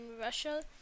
Russia